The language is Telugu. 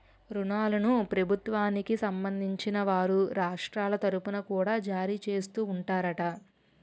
ఋణాలను ప్రభుత్వానికి సంబంధించిన వారు రాష్ట్రాల తరుపున కూడా జారీ చేస్తూ ఉంటారట